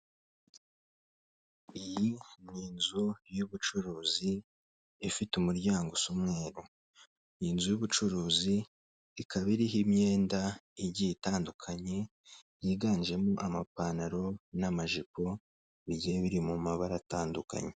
Iyi ni inzu y'ubucuruzi ifite umuryango usumweru, iyi nzu y'ubucuruzi ikaba iriho imyenda igiye itandukanye yiganjemo amapantalo n'amajipo bigiye biri mu mabara atandukanye.